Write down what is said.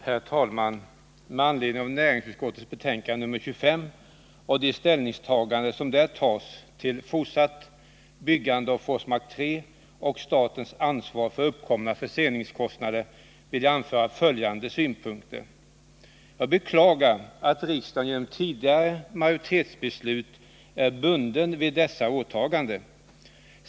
Herr talman! Med anledning av näringsutskottets betänkande nr 25 och de ställningstaganden som där görs beträffande fortsatt byggande av Forsmark 3 och statens ansvar för uppkomna förseningskostnader vill jag anlägga följande synpunkter. Jag beklagar att riksdagen som en följd av tidigare majoritetsbeslut är bunden vid dessa åtaganden.